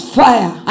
fire